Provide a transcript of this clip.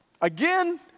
Again